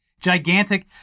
gigantic